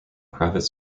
private